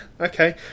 Okay